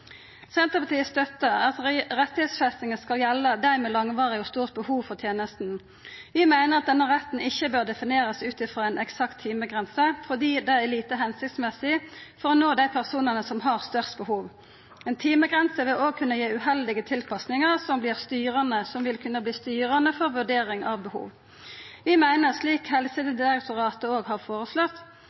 Senterpartiet stør at rettigheitsfestinga skal gjelda dei med langvarig og stort behov for tenesta. Vi meiner at denne retten ikkje bør definerast ut frå ei eksakt timegrense fordi det er lite hensiktsmessig for å nå dei personane som har størst behov. Ei timegrense vil òg kunna gi uheldige tilpassingar som vil kunna verta styrande for vurdering av behov. Vi meiner, slik Helsedirektoratet òg har foreslått,